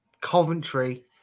Coventry